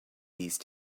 these